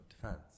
defense